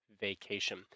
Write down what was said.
vacation